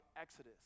Exodus